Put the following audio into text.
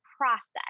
process